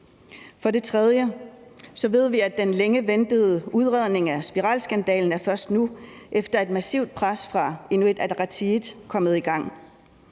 For det tredje ved vi, at den længe ventede udredning af spiralskandalen først nu efter et massivt pres fra Inuit Ataqatigiit er kommet i gang.